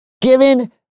given